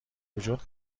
وجود